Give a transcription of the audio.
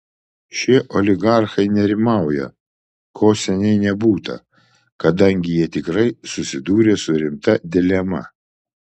šie oligarchai nerimauja ko seniai nebūta kadangi jie tikrai susidūrė su rimta dilema